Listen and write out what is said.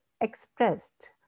expressed